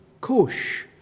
kush